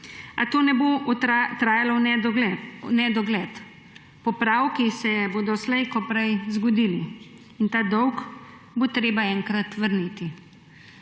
a to ne bo trajalo v nedogled. Popravki se bodo slej ko prej zgodili in ta dolg bo treba enkrat vrniti.